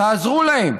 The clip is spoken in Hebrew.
תעזרו להם,